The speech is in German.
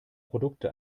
produkte